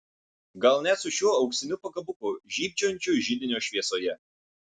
gal net su šiuo auksiniu pakabuku žybčiojančiu židinio šviesoje